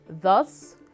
Thus